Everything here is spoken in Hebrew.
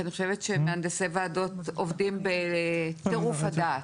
כי אני חושבת שמהנדסי ועדות עובדים בטירוף הדעת,